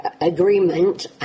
agreement